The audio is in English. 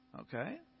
Okay